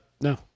No